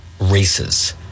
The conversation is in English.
races